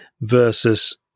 versus